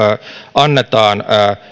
annetaan